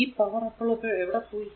ഈ പവർ അപ്പോൾ എവിടെ പോയി